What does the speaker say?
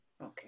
Okay